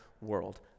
world